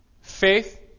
faith